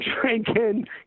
drinking